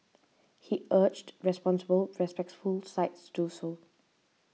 he urged responsible respectable sites do so